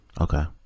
okay